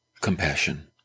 compassion